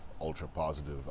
ultra-positive